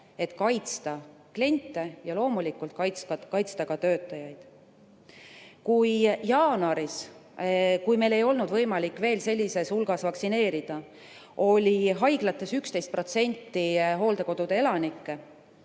et kaitsta kliente ja loomulikult kaitsta ka töötajaid. Kui jaanuaris, kui meil ei olnud võimalik veel sellisel hulgal vaktsineerida, oli haiglates 11% hooldekodude elanikest